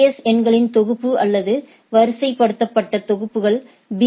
S எண்களின் தொகுப்பு அல்லது வரிசைப்படுத்தப்பட்ட தொகுப்புபி